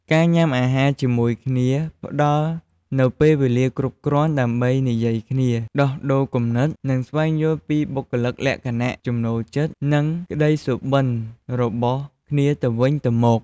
ការញ៉ាំអាហារជាមួយគ្នាផ្ដល់នូវពេលវេលាគ្រប់គ្រាន់ដើម្បីនិយាយគ្នា ដោះដូរគំនិត និងស្វែងយល់ពីបុគ្គលិកលក្ខណៈ ចំណូលចិត្ត និងក្តីសុបិនរបស់គ្នាទៅវិញទៅមក។